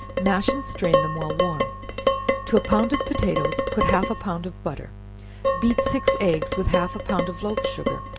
mash and strain them while warm to a pound of potatoes put half a pound of butter beat six eggs with half a pound of loaf-sugar,